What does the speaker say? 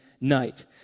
night